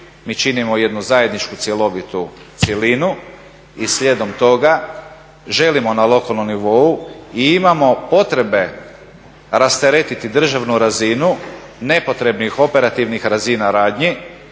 mi činimo jednu zajedničku cjelovitu cjelinu i slijedom toga želimo na lokalnom nivou i imamo potrebe rasteretiti državnu razinu nepotrebnih operativnih razina radnji